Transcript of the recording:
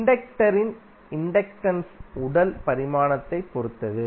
இண்டக்டரின் இண்டக்டன்ஸ் உடல் பரிமாணத்தைப் பொறுத்தது